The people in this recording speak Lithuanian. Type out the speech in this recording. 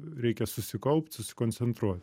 reikia susikaupt susikoncentruo